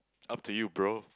up to you bro